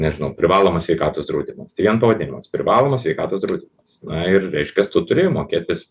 nežinau privalomas sveikatos draudimas tai vien pavadinimas privalomas sveikatos draudimas na ir reiškias tu turi mokėtis